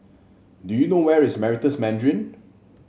do you know where is Meritus Mandarin